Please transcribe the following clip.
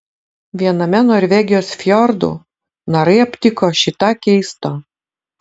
viename norvegijos fjordų narai aptiko šį tą keisto